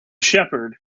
shepherd